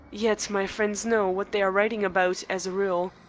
yet my friends know what they are writing about as a rule.